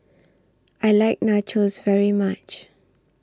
I like Nachos very much